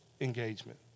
engagement